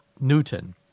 Newton